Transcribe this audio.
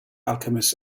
alchemist